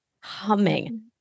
humming